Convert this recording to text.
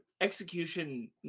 execution